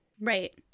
Right